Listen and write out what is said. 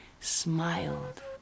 smiled